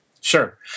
Sure